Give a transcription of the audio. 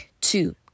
Two